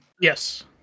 Yes